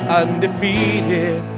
undefeated